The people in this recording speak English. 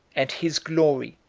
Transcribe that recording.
and his glory,